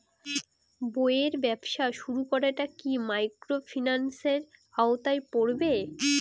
বইয়ের ব্যবসা শুরু করাটা কি মাইক্রোফিন্যান্সের আওতায় পড়বে?